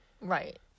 Right